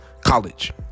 college